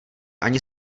ani